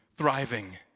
thriving